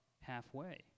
halfway